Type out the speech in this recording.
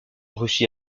russie